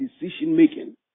decision-making